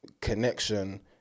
connection